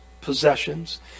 possessions